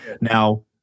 Now